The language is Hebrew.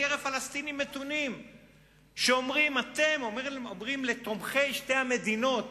בקרב פלסטינים מתונים שאומרים לתומכי שתי המדינות